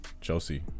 Chelsea